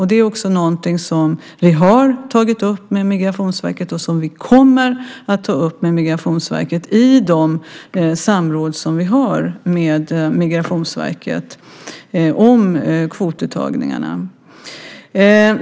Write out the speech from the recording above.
Det är också något som vi har tagit upp med Migrationsverket och som vi kommer att ta upp med Migrationsverket i de samråd som vi har med Migrationsverket om kvotuttagningarna.